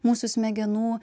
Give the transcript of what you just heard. mūsų smegenų